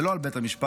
ולא על בית המשפט,